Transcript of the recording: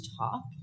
talk